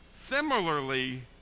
Similarly